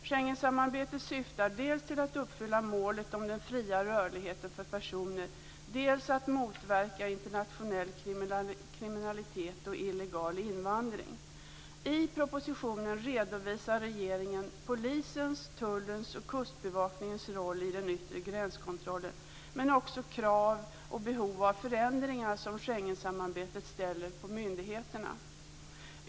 Schengensamarbetet syftar dels till att uppfylla målet om den fria rörligheten för personer, dels till att motverka internationell kriminalitet och illegal invandring. I propositionen redovisar regeringen polisens, tullens och kustbevakningens roll i den yttre gränskontrollen, men också krav och behov av förändringar som Schengensamarbetet ställer på myndigheterna.